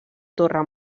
torre